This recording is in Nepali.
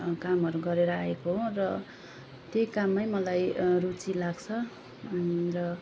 कामहरू गरेर आएको हो र त्यही काममै मलाई रुचि लाग्छ र